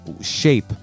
shape